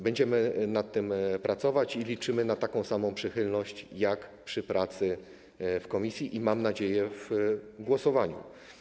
Będziemy nad tym pracować i liczymy na taką samą przychylność jak przy pracy w komisji, także - mam nadzieję - w głosowaniu.